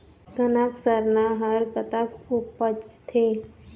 कनक सरना हर कतक उपजथे?